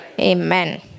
amen